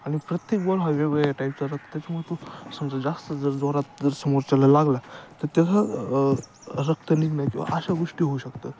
आणि प्रत्येक बॉल हा वेगवेगळ्या टाईपचा तो समजा जास्त जर जोरात जर समोरच्याला लागला तर त्यासा रक्त निघणे किंवा अशा गोष्टी होऊ शकतात